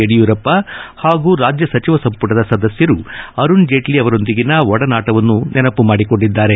ಯಡಿಯೂರಪ್ಪ ಹಾಗೂ ರಾಜ್ಯ ಸಚಿವ ಸಂಪುಟದ ಸದಸ್ಯರು ಅರುಣ್ ಜೇಟ್ಲಿ ಅವರೊಂದಿಗಿನ ಒಡನಾಟವನ್ನು ನೆನಪು ಮಾಡಿಕೊಂಡಿದ್ದಾರೆ